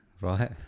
Right